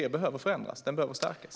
Det behöver förändras; den behöver stärkas.